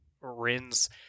Rin's